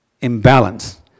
imbalance